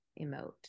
emote